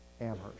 Amherst